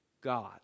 God